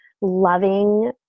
loving